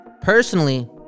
Personally